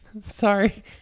Sorry